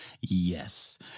Yes